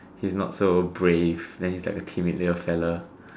he is not so brave then he is a timid little fella